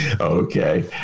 okay